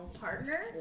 partner